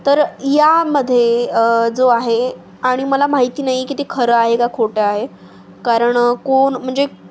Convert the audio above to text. तर यामध्ये जो आहे आणि मला माहिती नाही की ते खरं आहे का खोटं आहे कारण कोण म्हणजे